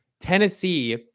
Tennessee